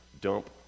dump